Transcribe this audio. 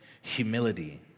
humility